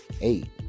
eight